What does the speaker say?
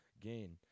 Gain